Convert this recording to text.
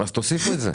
אז תוסיפו את זה.